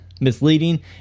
misleading